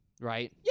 right